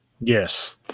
Yes